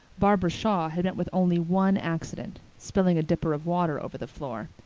barbara shaw had met with only one accident. spilling a dipper of water over the floor.